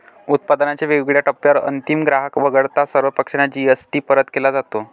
उत्पादनाच्या वेगवेगळ्या टप्प्यांवर अंतिम ग्राहक वगळता सर्व पक्षांना जी.एस.टी परत केला जातो